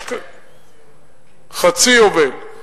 חצי יובל.